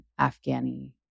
Afghani